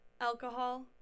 alcohol